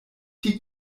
die